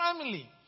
family